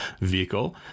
vehicle